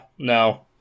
No